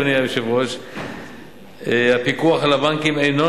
אדוני היושב-ראש: הפיקוח על הבנקים אינו